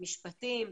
משפטים.